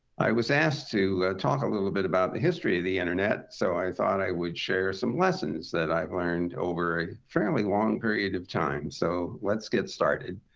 i was asked to talk a little bit about the history of the internet, so i thought i would share some lessons that i've learned over a fairly long period of time. so, let's get started.